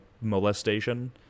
molestation